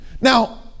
Now